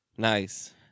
Nice